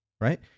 Right